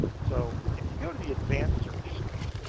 so if you go to the advanced search screen,